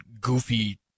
goofy